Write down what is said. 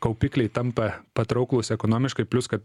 kaupikliai tampa patrauklūs ekonomiškai plius kad